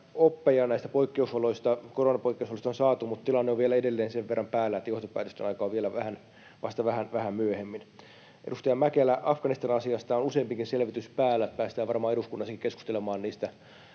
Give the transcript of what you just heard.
koronapoikkeusoloista, on saatu, mutta tilanne on vielä edelleen sen verran päällä, että johtopäätösten aika on vasta vähän myöhemmin. Edustaja Mäkelä, Afganistanin asiasta on useampikin selvitys päällä. Päästään varmaan eduskunnassakin keskustelemaan niistä